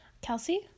kelsey